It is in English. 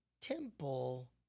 temple